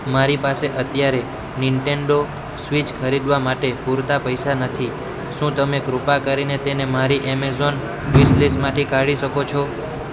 મારી પાસે અત્યારે નિન્ટેન્ડો સ્વિચ ખરીદવા માટે પૂરતા પૈસા નથી શું તમે કૃપા કરીને તેને મારી એમેઝોન વિસ લિસ્ટમાંથી કાઢી શકો છો